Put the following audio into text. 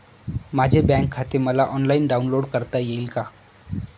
माझे बँक खाते मला ऑनलाईन डाउनलोड करता येईल का?